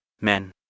men